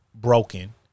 broken